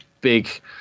big